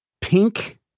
pink